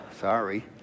sorry